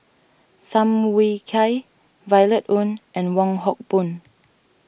Tham Yui Kai Violet Oon and Wong Hock Boon